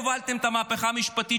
הובלתם את המהפכה המשפטית,